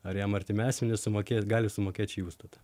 ar jam artimi asmenys sumokės gali sumokėt šį užstatą